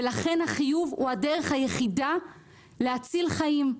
לכן החיוב הוא הדרך היחידה להציל חיים.